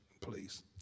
please